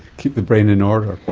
keep the brain in order.